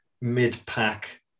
mid-pack